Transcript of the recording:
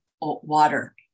water